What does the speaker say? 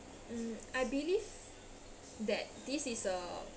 mm I believe that this is a